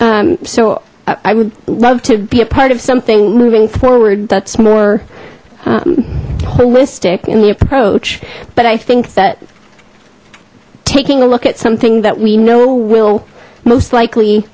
so i would love to be a part of thing moving forward that's more holistic in the approach but i think that taking a look at something that we know will most likely